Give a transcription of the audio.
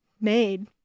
made